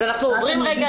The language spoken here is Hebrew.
אז אנחנו עוברים רגע